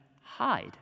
hide